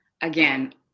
Again